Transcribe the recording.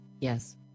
Yes